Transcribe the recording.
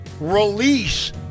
release